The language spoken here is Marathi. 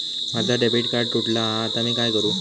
माझा डेबिट कार्ड तुटला हा आता मी काय करू?